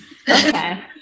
okay